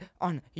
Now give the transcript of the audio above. on